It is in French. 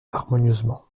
harmonieusement